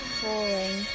falling